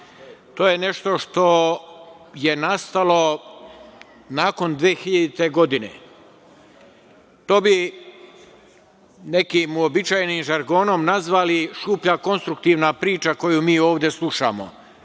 to je nešto što je nastalo nakon 2000. godine. To bi nekim uobičajenim žargonom nazvali šuplja konstruktivna priča koju mi ovde slušamo.